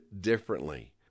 differently